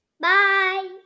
Bye